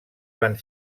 van